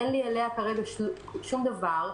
אין לי אליה כרגע שום דבר,